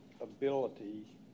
ability